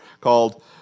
called